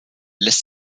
lässt